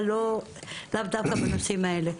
אבל לאו דווקא בנושאים האלה,